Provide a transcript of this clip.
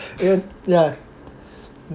it ya